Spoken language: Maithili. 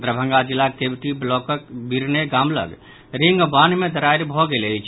दरभंगा जिलाक केवटी ब्लॉकक बिरने गाम लग रिंगबान्ह मे दरारि भऽ गेल अछि